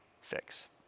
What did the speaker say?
fix